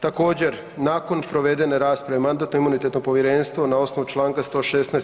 Također, nakon provedene rasprave, Mandatno-imunitetno povjerenstvo na osnovu čl. 116.